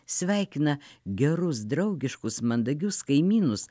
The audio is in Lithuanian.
sveikina gerus draugiškus mandagius kaimynus